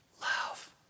love